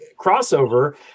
crossover